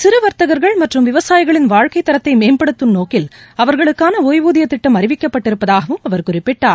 சிறு வர்த்தகர்கள் மற்றும் விவசாயிகளின் வாழ்க்கை தரத்தை மேம்படுத்தும் நோக்கில் அவர்களுக்கான ஓய்வூதிய திட்டம் அறிவிக்கப்பட்டிருப்பதாகவும் அவர் குறிப்பிட்டார்